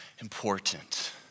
important